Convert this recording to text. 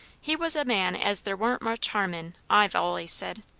he was a man as there warn't much harm in, i've allays said.